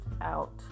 out